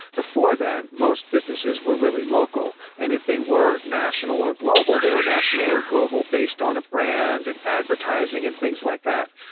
before then, most businesses were really local, and if they were national or global, they were national or global based on a brand, and advertising and things like that.